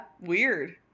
Weird